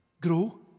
grow